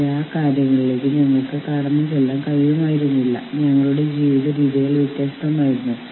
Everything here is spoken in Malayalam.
പക്ഷേ താത്കാലിക തൊഴിലാളിക്ക് യൂണിയന്റെ പ്രസിഡന്റോ സെക്രട്ടറിയോ ഭാരവാഹിയോ ആകാൻ കഴിയില്ല